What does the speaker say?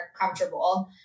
comfortable